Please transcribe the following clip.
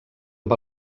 amb